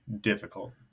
difficult